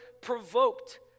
provoked